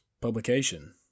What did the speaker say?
publication